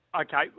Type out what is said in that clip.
Okay